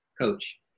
coach